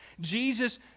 Jesus